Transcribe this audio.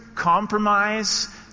Compromise